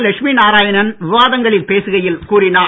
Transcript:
லட்சுமிநாராயணன் விவாதங்களில் பேசுகையில் கூறினார்